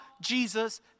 Jesus